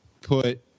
put